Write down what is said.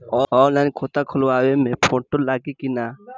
Online खाता खोलबाबे मे फोटो लागि कि ना?